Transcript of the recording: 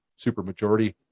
supermajority